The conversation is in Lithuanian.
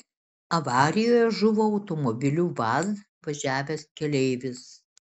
avarijoje žuvo automobiliu vaz važiavęs keleivis